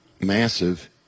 massive